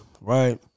Right